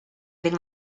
thing